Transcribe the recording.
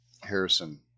Harrison